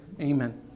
Amen